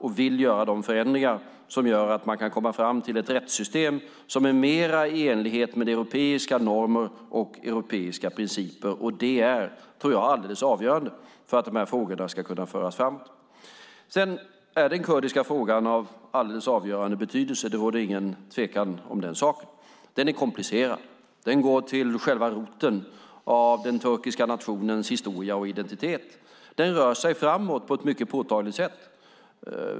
De vill göra de förändringar som gör att man kan komma fram till ett rättssystem som är mer i enlighet med europeiska normer och europeiska principer. Jag tror att det är alldeles avgörande för att de här frågorna ska kunna föras framåt. Den kurdiska frågan är av avgörande betydelse; det råder ingen tvekan om den saken. Den är komplicerad. Den går till själva roten av den turkiska nationens historia och identitet. Den rör sig framåt på ett mycket påtagligt sätt.